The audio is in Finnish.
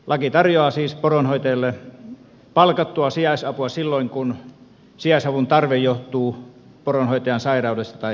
laki tarjoaa siis poronhoitajille palkattua sijaisapua silloin kun sijaisavun tarve johtuu poronhoitajan sairaudesta tai tapaturmasta